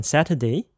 Saturday